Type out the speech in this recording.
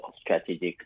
strategic